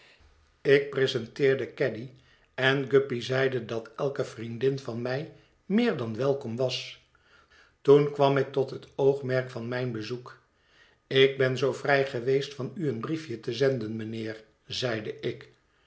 ik presenteerde caddy en guppy zeide dat elke vriendin van mij meer dan welkom was toen kwam ik tot het oogmerk van mijn bezoek ik ben zoo vrij geweest van u een briefje te zenden mijnheer zeide ik